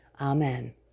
Amen